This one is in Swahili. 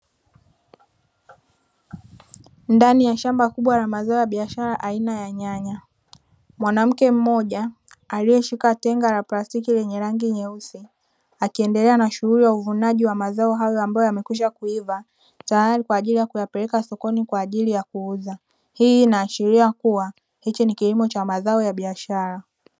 Ndani ya shamba kubwa la zao la biashara aina ya nyanya, mwanamke mmoja aliyeshika tenga la plastiki lenye rangi nyeusi akiendelea na shughuli za uvunaji wa mazao hayo ambayo yamshakwisha kuiva, tayari kwa ajili ya kuyapeleka sokoni kwa ajili ya kuuza, hii inaashiria kuwa hiki ni kilimo cha mazao ya biashara.